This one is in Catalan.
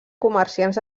comerciants